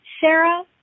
Sarah